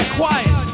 quiet